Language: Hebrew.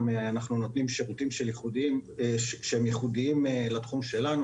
גם נותנים שירותים שהם ייחודיים לתחום שלנו.